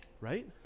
Right